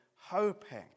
hoping